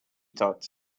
thought